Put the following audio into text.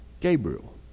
Gabriel